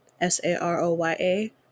S-A-R-O-Y-A